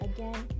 Again